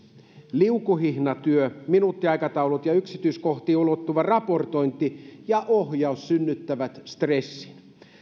liukuhihnatyö minuuttiaikataulut ja yksityiskohtiin ulottuva raportointi ja ohjaus synnyttävät stressiä